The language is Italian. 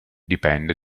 dipende